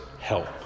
help